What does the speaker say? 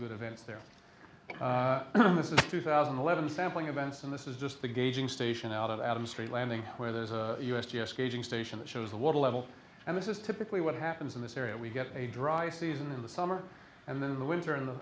good events there this is two thousand and eleven sampling events and this is just the gauging station out of adam's tree landing where there's a u s g s caging station that shows the water level and this is typically what happens in this area we get a dry season in the summer and then in the winter and